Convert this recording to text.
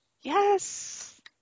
Yes